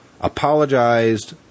apologized